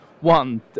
One